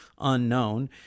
unknown